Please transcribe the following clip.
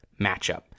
matchup